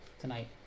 tonight